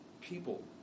people